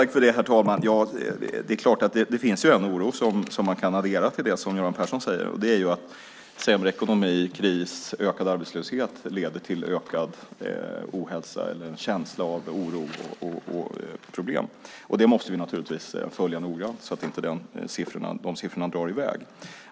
Herr talman! Det finns en oro som man kan addera till det som Göran Persson säger, nämligen att sämre ekonomi, kris och ökad arbetslöshet leder till ökad ohälsa eller känsla av oro och problem. Det måste vi naturligtvis följa noggrant, så att inte de siffrorna drar i väg.